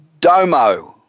Domo